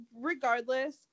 regardless